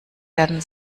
werden